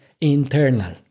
internal